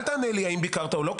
אל תענה לי האם ביקרת או לא.